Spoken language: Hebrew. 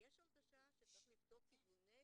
ויש הרגשה שצריך לבדוק כיווני